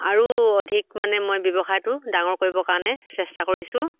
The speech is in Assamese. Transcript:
আৰু অধিক মানে মই ব্যৱসায়টো ডাঙৰ কৰিবৰ কাৰণে চেষ্টা কৰিছোঁ